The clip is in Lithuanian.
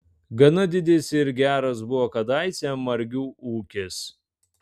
gana didis ir geras buvo kadaise margių ūkis